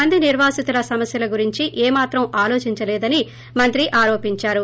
మంది నిర్వాసితుల సమస్యల గురించి ఏమాత్రం ఆలోచించలేదని మంత్రి ఆరోపించారు